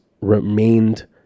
remained